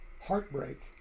heartbreak